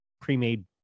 pre-made